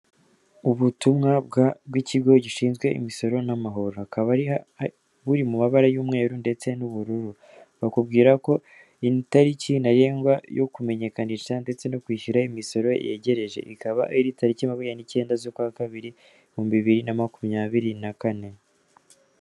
Ubutumwa bw'ikigo gishinzwe imisoro n'amahoro. Akaba buri mu mabara y'umweru ndetse n'ubururu. Bakubwira ko itariki ntarengwa yo kumenyekanisha ndetse no kwishyura imisoro yegereje. Ikaba ari tariki makumyabiri n'icyenda z'ukwa kabiri, ibihumbi bibiri na makumyabiri na kane.